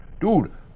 Dude